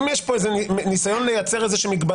אם יש פה איזה ניסיון לייצר איזה מגבלה